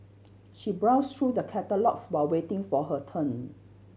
she browsed through the catalogues while waiting for her turn